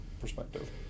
perspective